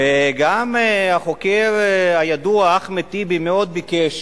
וגם החוקר הידוע אחמד טיבי מאוד ביקש,